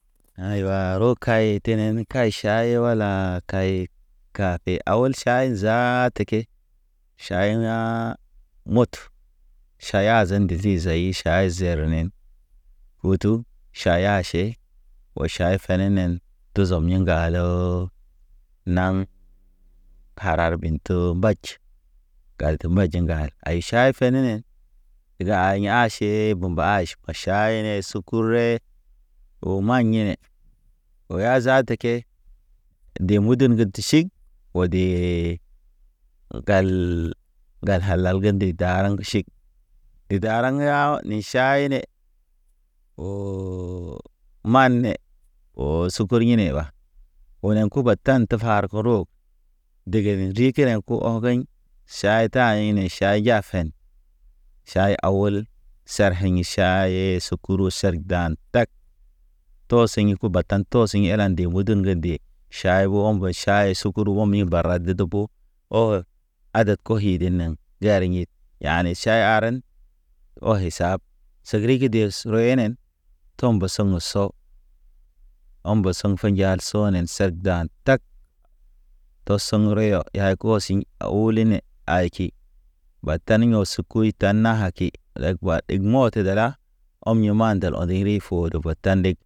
Aywa ro kayetenen kay ʃaye walaa kaye, kafe awol ʃay zaata ke, ʃay ha̰ mut. Ʃay azan de li zay ʃay zerenen. Utu ʃay aʃe, o ʃay fenenen duzom ni ŋgalo. Naŋ, karar binto mbaj, gal te mbaj ŋgal ay ʃay fenenen. Tega a ya̰ ʃe bu mbaj, ma ʃay ne sukure. O maɲ yine, o ya zaata ke. De mudun ge sig, ode. Gal, gal halal ge nde daraŋ ʃig, ge daraŋ yaw ne ʃayne. O mane, o sukur ɲine ɓa, o ne ku batan te far koro. Dege ne ri kene ko ɔgaɲ, ʃay taɲine ʃay jafen. Ʃay awol. Sarɲiŋe ʃayɲe sukuru serdan tag. Tɔ siɲe ku batan tɔ siɲe ela nde mudun ge nde, ʃaybo ɔm be ʃay sukuru ɔm ḭ bara de debo. O aded ko iden neŋ jare ɲet, yane ʃay aran, o esab, seg rigi de sərɔyenen, tɔmbɔ sɔŋgɔ sɔ. Ɔmbɔ sɔŋ finjal sɔ ne ser dan tag. Tɔ sɔŋ reyɔ yay kɔsiŋ a wuline ayki, batan ɲe ɔskuy ta naaki ɗadeg ba ɗig mɔ tedera ɔm ye mandel ɔnderi fo de batan ndeg.